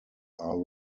are